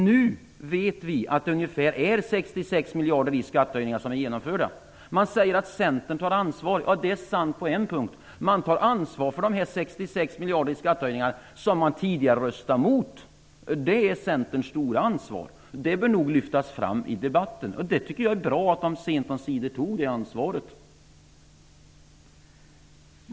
Nu vet vi att det är ungefär 66 miljarder i skattehöjningar som är genomförda. Man säger att centern tar ansvar, och det är sant på en punkt. Man tar ansvar för de 66 miljarderna i skattehöjningar som man tidigare röstade emot. Detta är centerns stora ansvar. Det bör nog lyftas fram i debatten. Jag tycker att det är bra att man sent om sider tog det ansvaret.